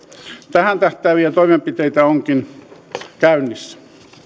tähän tähtääviä toimenpiteitä onkin käynnissä